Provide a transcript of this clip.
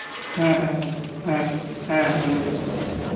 ᱦᱮᱸ ᱦᱮᱸ ᱦᱮᱸ ᱚᱱᱟ ᱰᱮᱴ ᱴᱟᱜ ᱜᱮ